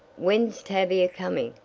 when's tavia coming?